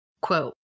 Quote